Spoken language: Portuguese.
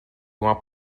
uma